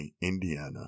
Indiana